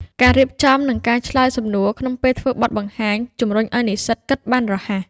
ការរៀបចំ និងការឆ្លើយសំណួរក្នុងពេលធ្វើបទបង្ហាញ ជំរុញឱ្យនិស្សិតគិតបានរហ័ស។